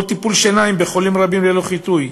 או טיפול שיניים בחולים רבים ללא חיטוי,